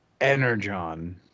Energon